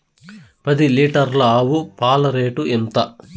పది లీటర్ల ఆవు పాల రేటు ఎంత?